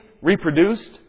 reproduced